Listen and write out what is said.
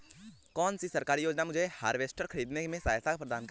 कौन सी सरकारी योजना मुझे हार्वेस्टर ख़रीदने में सहायता प्रदान करेगी?